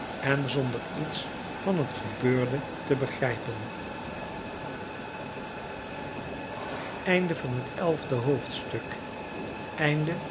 en zonder iets van het gebeurde te begrijpen boek viii terugwerking eerste hoofdstuk